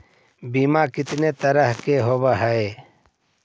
बीमा कितना तरह के होव हइ?